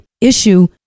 issue